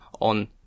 on